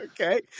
okay